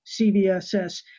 CVSS